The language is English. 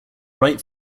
right